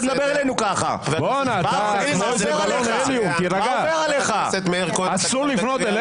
(3) טרם חלפה שנה מסיום תקופת כהונתה של הכנסת שחוקקה את החוק,